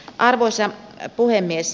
arvoisa puhemies